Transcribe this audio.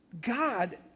God